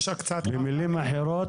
במילים אחרות,